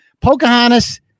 pocahontas